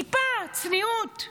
טיפה צניעות,